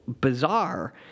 bizarre